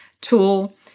tool